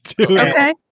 Okay